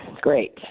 great